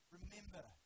Remember